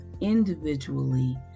individually